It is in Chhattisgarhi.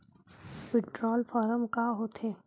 विड्राल फारम का होथे?